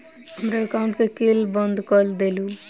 हमरा एकाउंट केँ केल बंद कऽ देलु?